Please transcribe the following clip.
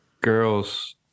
girls